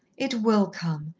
it will come,